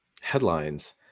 headlines